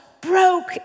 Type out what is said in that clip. broke